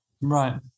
Right